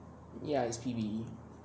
ya it's P_B_E